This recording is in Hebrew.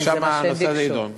ושם הנושא הזה יידון.